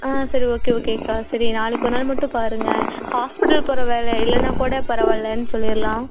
ஆ சரி ஓகே ஓகேக்கா சரி நாளைக்கு ஒரு நாள் மட்டும் பாருங்க ஹாஸ்பிட்டல் போகிற வேலை இல்லைனா கூட பரவாயில்லனு சொல்லிடலாம்